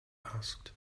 asked